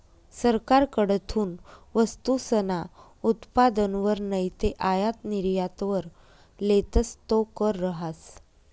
सरकारकडथून वस्तूसना उत्पादनवर नैते आयात निर्यातवर लेतस तो कर रहास